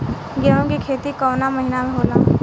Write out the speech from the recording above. गेहूँ के खेती कवना महीना में होला?